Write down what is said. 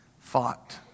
fought